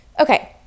Okay